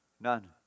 None